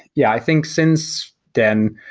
yeah, i think since then,